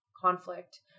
conflict